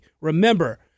remember